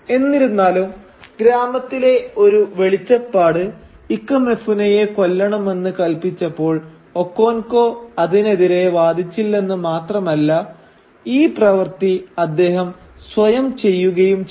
എന്നിരുന്നാലും ഗ്രാമത്തിലെ ഒരു വെളിച്ചപ്പാട് ഇക്കമെഫുനയെ കൊല്ലണമെന്ന് കല്പിച്ചപ്പോൾ ഒക്കോൻകോ അതിനെതിരെ വാദിച്ചില്ലെന്ന് മാത്രമല്ല ഈ പ്രവർത്തി അദ്ദേഹം സ്വയം ചെയ്യുകയും ചെയ്തു